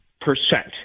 percent